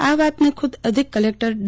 આ વાતને ખુદ અધિક કલેક્ટર ડી